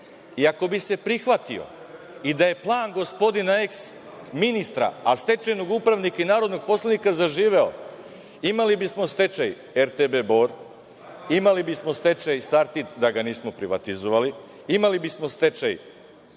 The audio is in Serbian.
ako bi se prihvatio, i da je plan gospodina eh ministra, a stečajnog upravnika i narodnog poslanika zaživeo, imali bismo stečaj RTB Bor, imali bismo stečaj Sartid da ga nismo privatizovali, imali bismo stečaj